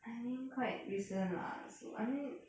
I mean quite recent lah so I mean